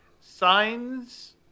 Signs